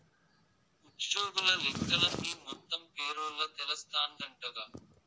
ఉజ్జోగుల లెక్కలన్నీ మొత్తం పేరోల్ల తెలస్తాందంటగా